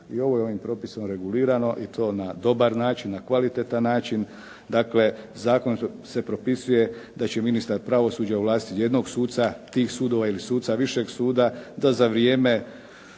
i ovo je ovim propisom regulirano i to na dobar način, na kvalitetan način. Dakle, zakon se propisuje da će ministar pravosuđa ovlastiti jednog suca tih sudova ili suca višeg suda da za vrijeme,